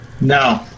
No